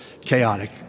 chaotic